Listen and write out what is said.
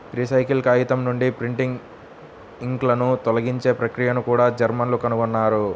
recycle కాగితం నుండి printing ఇంక్లను తొలగించే ప్రక్రియను కూడా జర్మన్లు కనుగొన్నారు